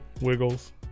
Wiggles